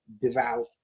devout